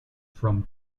from